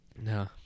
no